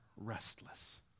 restless